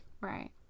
Right